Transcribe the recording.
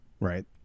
Right